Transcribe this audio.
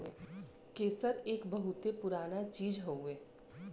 केसर एक बहुते पुराना चीज हउवे